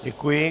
Děkuji.